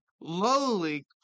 lowly